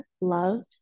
loved